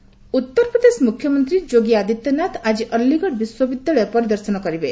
Yogi visit Uttar Pradesh ମୁଖ୍ୟମନ୍ତ୍ରୀ ଯୋଗୀ ଆଦିତ୍ୟ ନାଥ ଆଜି ଅଲିଗଡ ବିଶ୍ୱବିଦ୍ୟାଳୟ ପରିଦର୍ଶନ କରିବେ